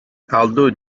although